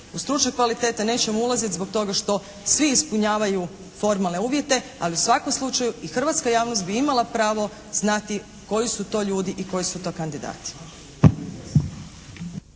U stručne kvalitete nećemo ulaziti zbog toga što svi ispunjavaju formalne uvjete, ali u svakom slučaju i hrvatska javnost bi imala pravo znati koji su to ljudi i koji su to kandidati.